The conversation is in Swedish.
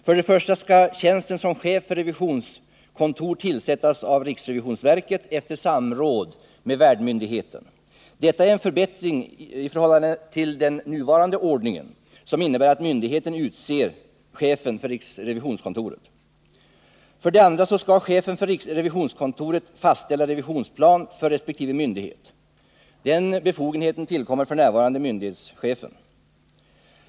För det första skall tjänsten som chef för revisionskontoret tillsättas av RRV efter samråd med värdmyndigheten. Detta är en förbättring i förhållande till nuvarande ordning, som innebär att myndigheten utser chefen för revisionskontoret. För det andra skall chefen för revisionskontoret fastställa revisionsplan för resp. myndighet. Den befogenheten tillkommer f. n. myndighetschefen.